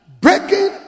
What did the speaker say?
breaking